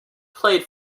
played